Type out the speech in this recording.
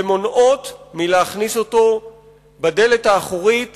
ומונעות מלהכניס אותו בדלת האחורית